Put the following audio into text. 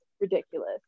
ridiculous